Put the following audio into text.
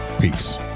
Peace